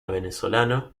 venezolano